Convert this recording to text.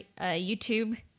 youtube